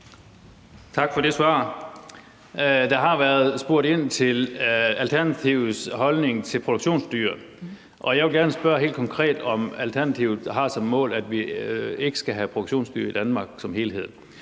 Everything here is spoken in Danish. Tak for det svar. Der har været spurgt ind til Alternativets holdning til produktionsdyr, og jeg vil gerne spørge helt konkret, om Alternativet har som mål, at vi ikke skal have produktionsdyr i Danmark som helhed.